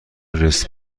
رست